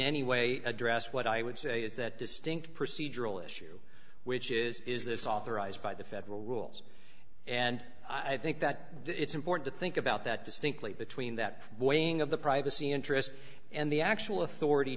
any way address what i would say is that distinct procedural issue which is is this authorized by the federal rules and i think that it's important to think about that distinctly between that weighing of the privacy interest and the actual authority